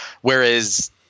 whereas